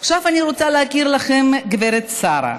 עכשיו אני רוצה להכיר לכם את גברת שרה.